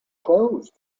closed